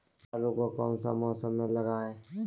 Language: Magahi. आलू को कौन सा मौसम में लगाए?